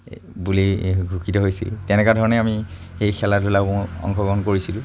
বুলি ঘোষিত হৈছিল তেনেকুৱা ধৰণে আমি সেই খেলা ধূলাবোৰত অংশগ্ৰহণ কৰিছিলোঁ